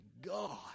God